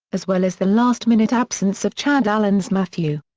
as well as the last-minute absence of chad allen's matthew.